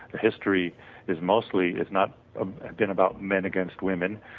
history is mostly, it's not ah been about men against women,